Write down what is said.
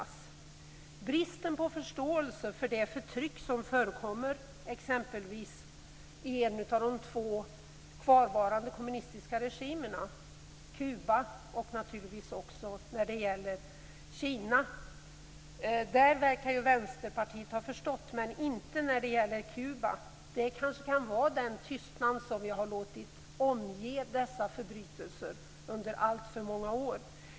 Det råder brist på förståelse för det förtryck som förekommer, t.ex. i de två kvarvarande kommunistiska regimerna Kuba och Kina. När det gäller Kina verkar det som att Vänsterpartiet har förstått, men inte när det gäller Kuba. Det beror kanske på den tystnad som vi har låtit omge dessa förbrytelser under alltför många år.